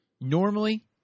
Normally